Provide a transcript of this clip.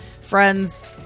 friends